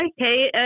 Okay